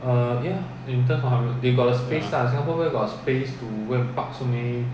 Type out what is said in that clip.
ya